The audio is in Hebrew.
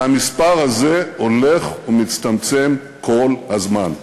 והמספר הזה הולך ומצטמצם כל הזמן.